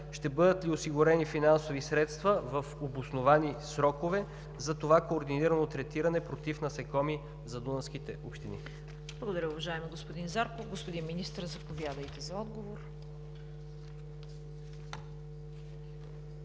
ще бъдат ли осигурени финансови средства в обосновани срокове за това координирано третиране против насекоми за дунавските общини?